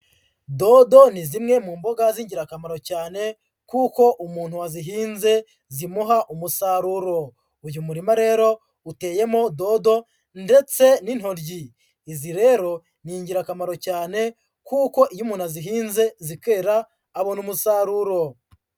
Dodo ni zimwe mu mboga z'ingirakamaro cyane, kuko umuntu wazihinze zimuha umusaruro. Uyu murima rero uteyemo dodo, ndetse n'intoryi. Izi rero ni ingirakamaro cyane, kuko iyo umuntu azihinze zikera, abona umusaruro.